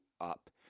up